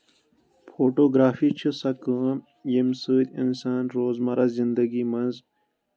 photography چھِ سۄ کٲم ییٚمہِ سۭتۍ اِنسان روز مَرہ زنٛدگی منٛز